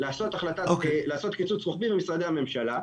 לעשות קיצוץ רוחבי במשרדי הממשלה,